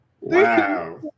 Wow